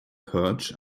perch